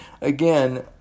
again